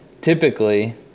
Typically